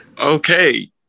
Okay